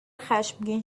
خشمگین